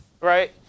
right